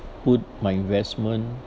put my investment